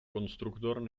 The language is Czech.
konstruktor